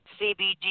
CBD